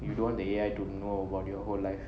you don't want the A_I to know about your whole life